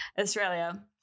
australia